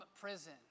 prison